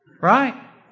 right